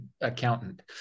accountant